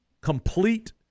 complete –